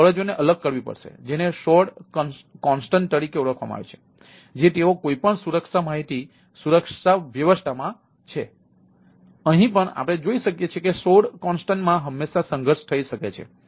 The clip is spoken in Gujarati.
તેથી આ ફરજોને અલગ કરવી પડશે જેને સોડ કોન્સ્ટન્ટ તરીકે ઓળખવામાં આવે છે જે તેઓ કોઈપણ સુરક્ષા માહિતી સુરક્ષા વ્યવસ્થામાં છે તેથી અહીં પણ આપણે જોઈ શકીએ છીએ કે સોડ કોન્સ્ટન્ટ માં હંમેશા સંઘર્ષ થઈ શકે છે